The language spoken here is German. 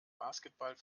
basketball